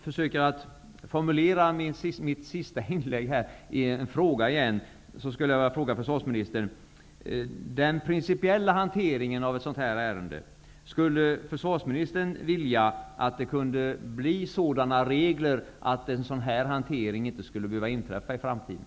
För att formulera mitt sista inlägg återigen som en fråga vill jag säga till försvarsministern: Skulle försvarsministern önska att det blev sådana regler för den principiella hanteringen av ett sådant här ärende att en sådan här hantering inte skulle behöva inträffa i framtiden?